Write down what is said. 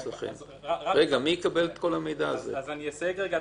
מי יקבל את כל המידע הזה אצלכם?